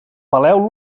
peleu